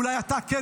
אולי אתה כן,